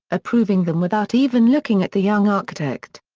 approving them without even looking at the young architect.